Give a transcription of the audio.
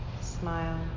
Smile